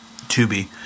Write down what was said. Tubi